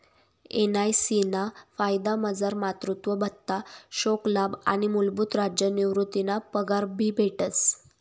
NIC ना फायदामझार मातृत्व भत्ता, शोकलाभ आणि मूलभूत राज्य निवृतीना पगार भी भेटस